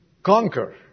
conquer